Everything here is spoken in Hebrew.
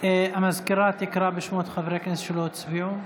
המזכירה תקרא בשמות חברי הכנסת שלא הצביעו.